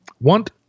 want